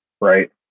right